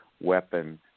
weapon